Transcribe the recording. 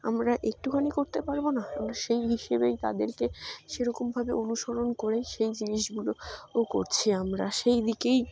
আমরা একটুখানি করতে পারব না আমরা সেই হিসেবেই তাদেরকে সেরকমভাবে অনুসরণ করে সেই জিনিসগুলো ও করছি আমরা সেই দিকেই